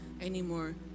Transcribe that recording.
anymore